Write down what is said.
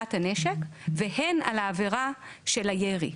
הובלת הנשק והן על העבירה של הירי.